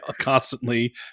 constantly